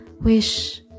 wish